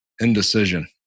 indecision